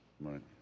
Right